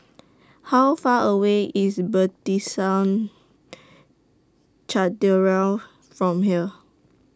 How Far away IS Cathedral from here